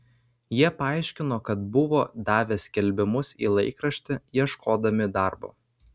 jie paaiškino kad buvo davę skelbimus į laikraštį ieškodami darbo